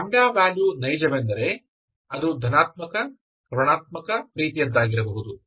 λ value ನೈಜವೆಂದರೆ ಅದು ಧನಾತ್ಮಕ ಋಣಾತ್ಮಕ ರೀತಿಯದ್ದಾಗಿರಬಹುದು